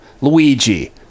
Luigi